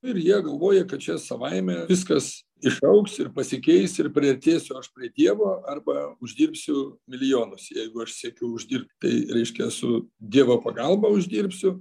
ir jie galvoja kad čia savaime viskas išaugs ir pasikeis ir priartėsiu aš prie dievo arba uždirbsiu milijonus jeigu aš siekiu uždirbt tai reiškia su dievo pagalba uždirbsiu